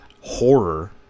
horror